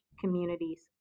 communities